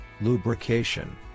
Lubrication